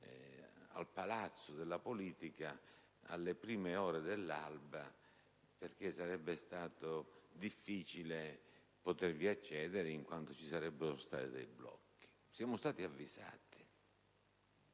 al Palazzo della politica alle prime ore dell'alba perché sarebbe stato difficile potervi accedere in quanto ci sarebbero stati dei blocchi: siamo stati avvisati.